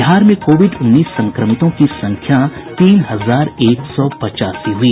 बिहार में कोविड उन्नीस संक्रमितों की संख्या तीन हजार एक सौ पचासी हुई